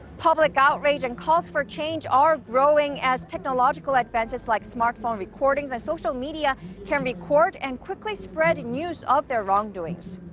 public outrage and calls for change are growing as technological advances, like smartphone recordings and social media can record and quickly spread news of their wrongdoings.